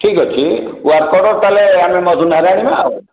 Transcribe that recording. ଠିକ୍ ଅଛି work order ତା'ହେଲେ ଆମେ ମଧୁ ନାଁରେ ଆଣିବା ଆଉ